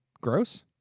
gross